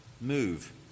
move